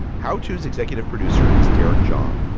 how choose executive producer is derek john,